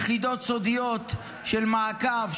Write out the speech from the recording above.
יחידות סודיות של מעקב,